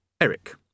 Eric